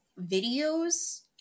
videos